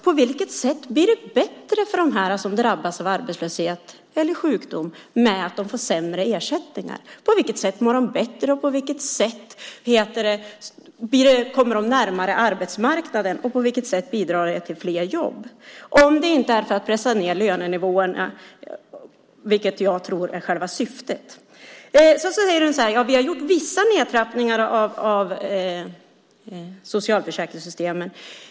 På vilket sätt blir det bättre för dem som drabbas av arbetslöshet eller sjukdom att de får sämre ersättningar? På vilket sätt mår de bättre? På vilket sätt kommer de närmare arbetsmarknaden? På vilket sätt bidrar det till fler jobb? Eller är det för att pressa ned lönenivåerna, vilket jag tror är själva syftet? Man kommer att göra vissa nedtrappningar i socialförsäkringssystemen.